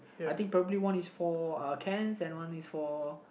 I think probably one is for uh cans and one is for